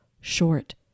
short